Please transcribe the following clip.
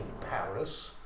Paris